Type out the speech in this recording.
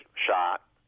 shot